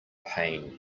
pain